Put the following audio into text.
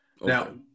Now